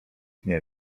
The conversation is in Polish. nie